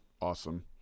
awesome